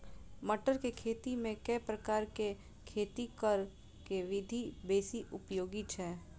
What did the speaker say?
मटर केँ खेती मे केँ प्रकार केँ खेती करऽ केँ विधि बेसी उपयोगी छै?